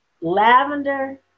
lavender